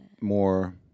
more